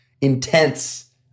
intense